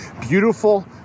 beautiful